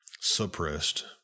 suppressed